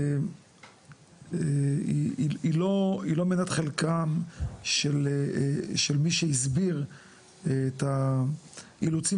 היא לא מנת חלקם של מי שהסביר את האילוצים